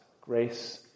grace